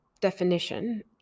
definition